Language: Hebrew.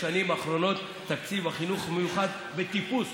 בשנים האחרונות תקציב החינוך המיוחד בטיפוס,